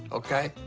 okay,